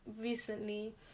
recently